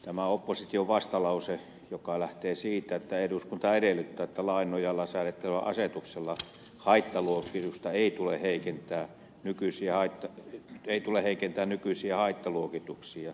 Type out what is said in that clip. tämä opposition vastalause lähtee siitä että eduskunta edellyttää että lain nojalla säädettävä asetuksella haittaluokituksesta ei tule heikentää nykyisiä aitto ei tule heikentää nykyisiä haittaluokituksia